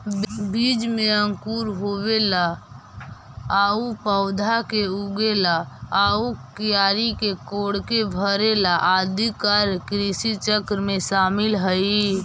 बीज में अंकुर होवेला आउ पौधा के उगेला आउ क्यारी के कोड़के भरेला आदि कार्य कृषिचक्र में शामिल हइ